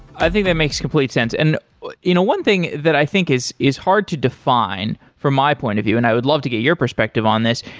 i think that makes complete sense, and one thing that i think is is hard to define from my point of view, and i would love to get your perspective on this,